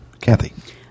Kathy